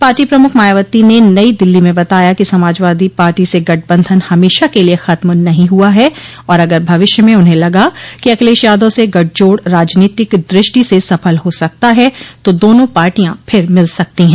party प्रमुख मायावती ने नई दिल्ली में बताया कि समाजवादी पार्टी से गठबंधन हमेशा के लिए खत्म नहीं हुआ है और अगर भविष्य में उन्हें लगा कि अखिलेश यादव से गठजोड़ राजनीतिक दृष्टि से सफल हो सकता है तो दोनों पार्टियां फिर मिल सकती हैं